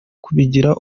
kubigira